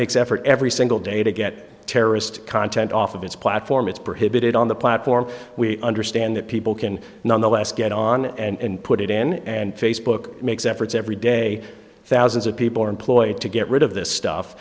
makes effort every single day to get terrorist content off of its platform its behavior did on the platform we understand that people can nonetheless get on and put it and facebook makes efforts every day thousands of people are employed to get rid of this stuff